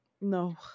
No